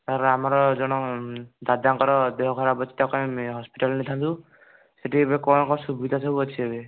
sir ଆମର ଜଣେ ଦାଦାଙ୍କର ଦେହ ଖରାପ ଅଛି ତ ତାଙ୍କୁ ଆମେ ହସ୍ପିଟାଲ ନେଇଥାନ୍ତୁ ସେଇଠି ଏବେ କ'ଣ କ'ଣ ସୁବିଧା ସବୁ ଅଛି ଏବେ